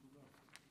תודה.